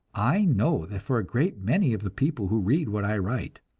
i know that for a great many of the people who read what i write,